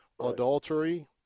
adultery